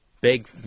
big